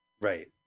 Right